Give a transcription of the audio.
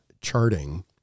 charting